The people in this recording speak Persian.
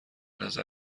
نظر